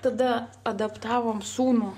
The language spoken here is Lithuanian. tada adaptavom sūnų